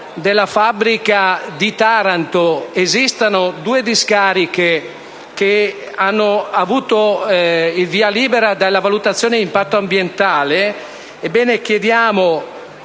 della fabbrica di Taranto esistano due discariche che hanno avuto il via libera della valutazione d'impatto ambientale,